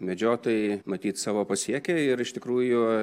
medžiotojai matyt savo pasiekė ir iš tikrųjų